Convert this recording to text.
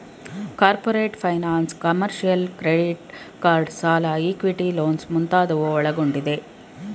corporate finance, commercial, credit card ಸಾಲ, equity loans ಮುಂತಾದವು ಒಳಗೊಂಡಿದೆ